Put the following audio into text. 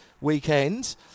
weekend